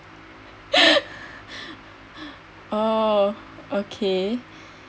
oh okay